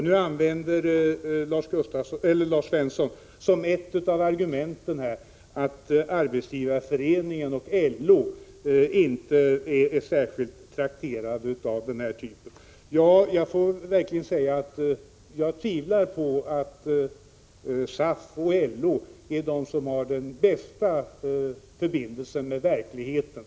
Nu använder Lars Svensson som argument att Arbetsgivareföreningen och LO inte är särskilt trakterade av den här typen av utbildning. Jag tvivlar på att SAF och LO är de som har den bästa förbindelsen med verkligheten.